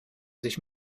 sich